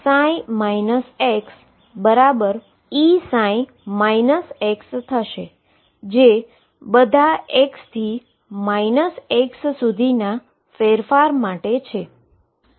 જે બધા x થી x સુધી ના ફેરફાર માટે છે